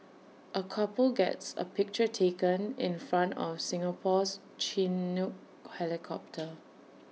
A couple gets A picture taken in front of Singapore's Chinook helicopter